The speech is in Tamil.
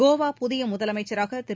கோவா புதிய முதலமைச்சராக திரு